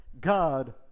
God